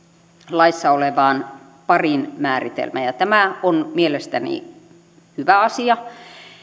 laissa olevaan parin määritelmään ja tämä on mielestäni hyvä asia